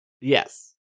yes